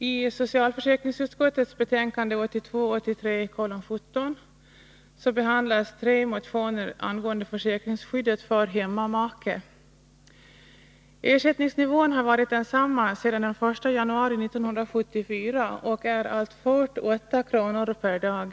I socialförsäkringsutskottets betänkande 1982/83:17 behandlas tre motioner angående försäkringsskyddet för hemmamake. Ersättningsnivån har varit densamma sedan den 1 januari 1974 och är alltfort 8 kr. per dag.